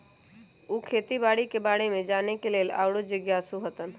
उ खेती बाड़ी के बारे में जाने के लेल आउरो जिज्ञासु हतन